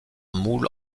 moule